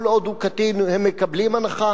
כל עוד הוא קטין הם מקבלים הנחה,